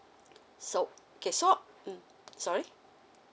so okay so mm sorry